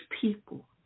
people